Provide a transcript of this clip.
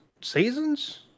seasons